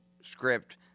script